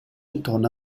intorno